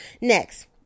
Next